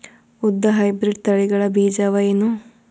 ಉದ್ದ ಹೈಬ್ರಿಡ್ ತಳಿಗಳ ಬೀಜ ಅವ ಏನು?